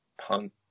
punk